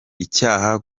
icyaha